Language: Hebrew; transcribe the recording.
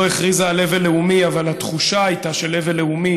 לא הכריזה על אבל לאומי אבל התחושה הייתה של אבל לאומי.